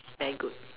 very good